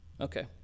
Okay